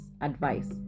advice